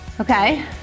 Okay